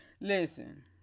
Listen